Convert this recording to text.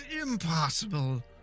impossible